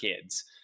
kids